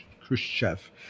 Khrushchev